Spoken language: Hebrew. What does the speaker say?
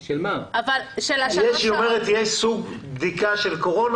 היא אומרת שיש סוג של בדיקה של קורונה